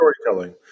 storytelling